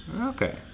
Okay